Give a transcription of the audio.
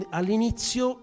all'inizio